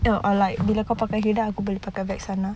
or like bila kau pakai hilda aku boleh pakai vexana